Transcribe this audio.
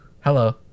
Hello